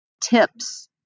tips